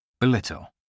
Belittle